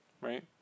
right